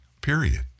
period